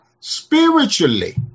spiritually